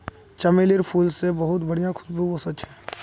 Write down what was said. चमेलीर फूल से बहुत बढ़िया खुशबू वशछे